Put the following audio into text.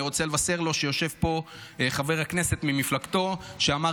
ואני רוצה לבשר לו שיושב פה חבר הכנסת ממפלגתו שאמר